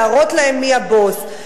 להראות להם מי הבוס.